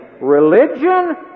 religion